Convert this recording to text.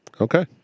Okay